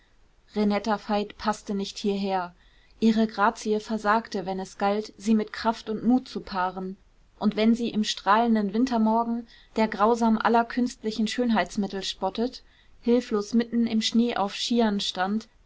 renetta veit paßte nicht hierher ihre grazie versagte wenn es galt sie mit kraft und mut zu paaren und wenn sie im strahlenden wintermorgen der grausam aller künstlichen schönheitsmittel spottet hilflos mitten im schnee auf skiern stand